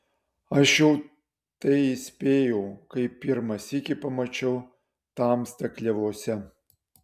aš jau tai įspėjau kai pirmą sykį pamačiau tamstą klevuose